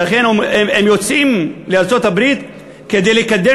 שאכן הם יוצאים לארצות-הברית כדי לקדם